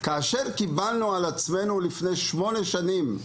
כאשר קיבלנו על עצמנו, לפני שמונה שנים,